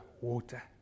water